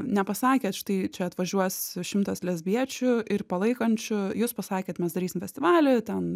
nepasakėt štai čia atvažiuos šimtas lesbiečių ir palaikančių jūs pasakėt mes darysim festivalį ten